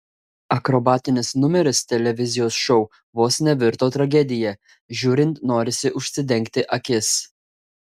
akrobatinis numeris televizijos šou vos nevirto tragedija žiūrint norisi užsidengti akis